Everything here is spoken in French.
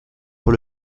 pour